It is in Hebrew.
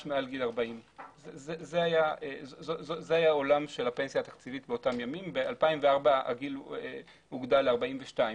מעל גיל 40. ב-2004 הגיל הוגדל ל-42.